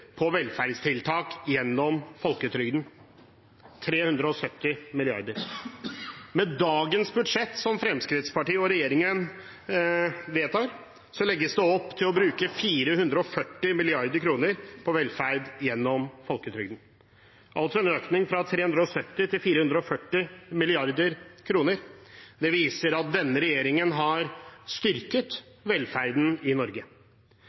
på velferdstiltak gjennom folketrygden. Med dagens budsjett, som Fremskrittspartiet og regjeringen vedtar, legges det opp til å bruke 440 mrd. kr på velferd gjennom folketrygden, altså en økning fra 370 mrd. kr til 440 mrd. kr. Det viser at denne regjeringen har styrket velferden i Norge.